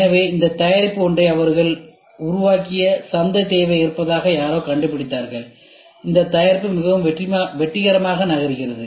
எனவே அவர்கள் உருவாக்கிய இந்த தயாரிப்பிற்கு சந்தை தேவை இருப்பதாக யாரோ கண்டுபிடித்தார்கள் இந்த தயாரிப்பு மிகவும் வெற்றிகரமாக நகர்கிறது